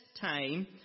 time